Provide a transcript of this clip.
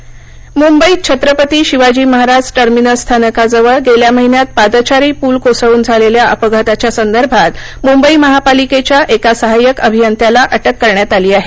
अपघात अटक मुंबईतछंत्रपती शिवाजी महाराज टर्मिनस स्थानकाजवळ गेल्या महिन्यात पादचारी पूल कोसळून झालेल्या अपघाताच्या संदर्भात मुंबईच्या महापालिकेच्या एका सहाय्यक अभियंत्याला अटक करण्यात आली आहे